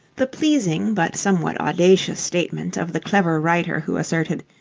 the pleasing, but somewhat audacious statement of the clever writer who asserted,